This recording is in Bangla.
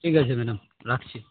ঠিক আছে ম্যাডাম রাখছি